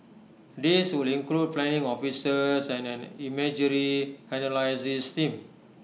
these would include planning officers and an imagery analysis team